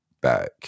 back